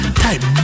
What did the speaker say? type